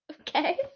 Okay